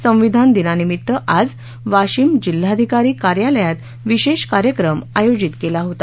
संविधान दिनानिमित्त आज वाशिम जिल्हाधिकारी कार्यालयात विशेष कार्यक्रम आयोजित केला होता